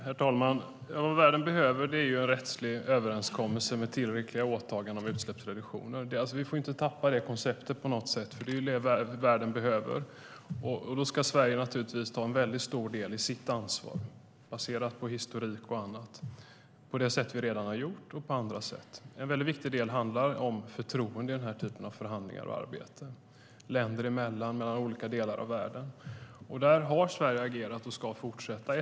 Herr talman! Vad världen behöver är en rättslig överenskommelse med tillräckliga åtaganden om utsläppsreduktioner. Vi får inte tappa det konceptet på något sätt, för det är det som världen behöver. Då ska Sverige naturligtvis ta en väldigt stor del av sitt ansvar, baserat på historik och annat, på det sätt som vi redan har gjort och på andra sätt. En viktig del i den här typen av förhandlingar handlar om förtroende och arbete länder emellan och mellan olika delar av världen. Där har Sverige agerat och ska fortsätta att agera.